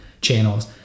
channels